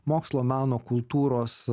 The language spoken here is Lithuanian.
mokslo meno kultūros